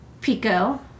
pico